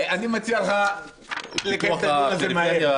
אני מציע לקיים את הדיון הזה מהר.